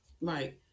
Right